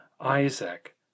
Isaac